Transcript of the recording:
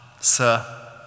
sir